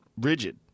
rigid